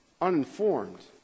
Uninformed